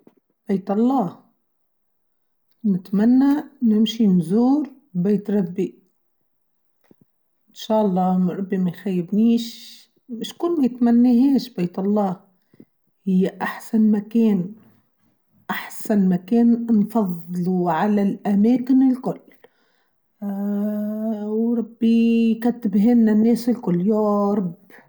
بيت الله نتمنى نمشي نزور بيت ربي إن شاء الله ربي ما يخيبنيش مش كنو يتمنيهاش بيت الله هي أحسن مكان أحسن مكان نفضله على الأماكن الكل ااااا وربي كتبهنا الناس الكل ياااارب.